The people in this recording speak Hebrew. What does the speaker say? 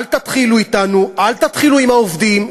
אל תתחילו אתנו, אל תתחילו עם העובדים.